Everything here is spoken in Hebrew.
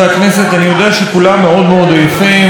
אני יודע שכולם מאוד מאוד עייפים והזמן